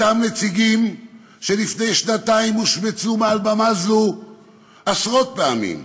אותם נציגים שלפני שנתיים הושמצו מעל במה זו עשרות פעמים,